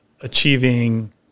achieving